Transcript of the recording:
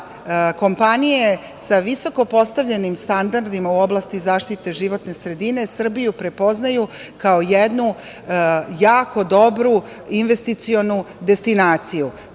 kompanije sa visoko postavljenim standardima u oblastima zaštite životne sredine Srbiju prepoznaju kao jednu jako dobru investicionu destinaciju.